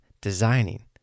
designing